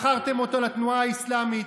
מכרתם אותו לתנועה האסלאמית,